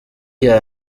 iya